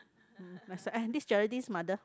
mm and this Geraldine's mother